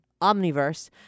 Omniverse